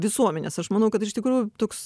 visuomenes aš manau kad iš tikrųjų toks